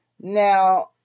now